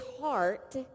heart